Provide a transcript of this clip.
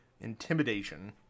Intimidation